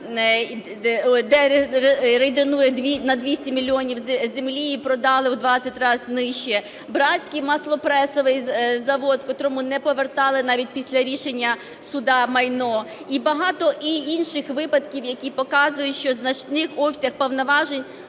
де рейдернули на 200 мільйонів землі і продали в 20 раз нижче. Братський маслопресовий завод, котрому не повертали навіть після рішення суду майно. І багато інших випадків, які показують, що значний обсяг повноважень